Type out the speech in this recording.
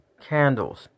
candles